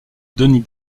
denis